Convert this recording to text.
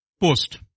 post